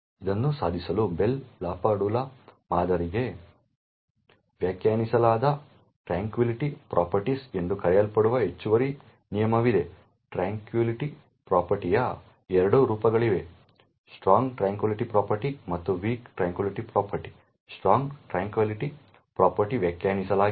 ಇದನ್ನು ಸಾಧಿಸಲು Bell LaPadula ಮಾದರಿಗೆ ವ್ಯಾಖ್ಯಾನಿಸಲಾದ ಟ್ರ್ಯಾಂಕ್ವಿಲಿಟಿ ಪ್ರಾಪರ್ಟೀಸ್ ಎಂದು ಕರೆಯಲ್ಪಡುವ ಹೆಚ್ಚುವರಿ ನಿಯಮವಿದೆ ಟ್ರ್ಯಾಂಕ್ವಿಲಿಟಿ ಪ್ರಾಪರ್ಟಿಯ ಎರಡು ರೂಪಗಳಿವೆ ಸ್ಟ್ರಾಂಗ್ ಟ್ರ್ಯಾಂಕ್ವಿಲಿಟಿ ಪ್ರಾಪರ್ಟಿ ಮತ್ತು weak tranquility property strong tranquility ಪ್ರಾಪರ್ಟಿಯನ್ನು ವ್ಯಾಖ್ಯಾನಿಸಲಾಗಿದೆ